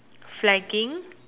flagging